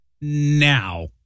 now